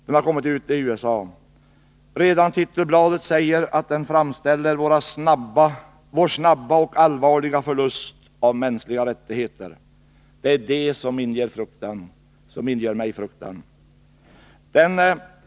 Den har kommit ut i USA. Redan titelbladet säger att boken handlar om vår snabba och allvarliga förlust av mänskliga rättigheter. Det är den utvecklingen som inger mig fruktan.